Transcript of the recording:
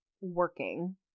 working